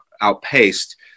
outpaced